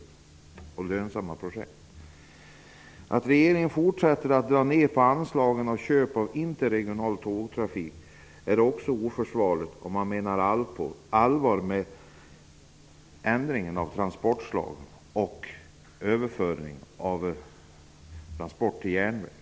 Det är också oförsvarligt att regeringen fortsätter att dra ner på anslagen till köp av interregional tågtrafik om den menar allvar med ändringen av transportslagen och överföringen av transporter till järnväg.